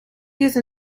use